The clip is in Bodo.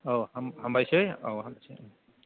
औ हामबायसै